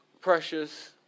Precious